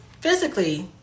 physically